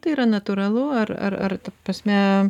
tai yra natūralu ar ar ar ta prasme